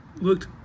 looked